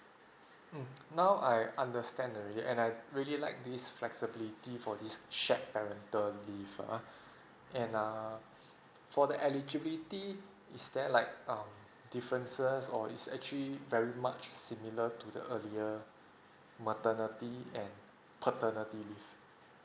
mm now I understand already and I really like this flexibility for this shared parental leave uh and err for the eligibility is there like um differences or it's actually very much similar to the earlier maternity and paternity leave